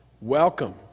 Welcome